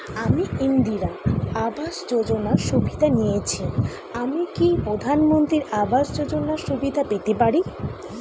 আমি ইন্দিরা আবাস যোজনার সুবিধা নেয়েছি আমি কি প্রধানমন্ত্রী আবাস যোজনা সুবিধা পেতে পারি?